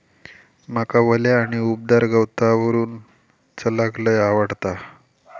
माका वल्या आणि उबदार गवतावरून चलाक लय आवडता